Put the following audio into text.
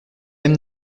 même